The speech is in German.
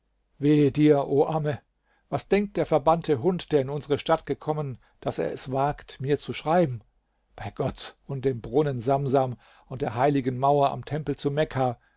o amme was denkt der verbannte hund der in unsere stadt gekommen daß er es wagt mir zu schreiben bei gott und dem brunnen samsam und der heiligen mauer am tempel zu mekka